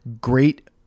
great